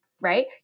right